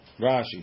Rashi